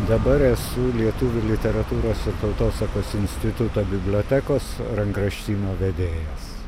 dabar esu lietuvių literatūros ir tautosakos instituto bibliotekos rankraštyno vedėjas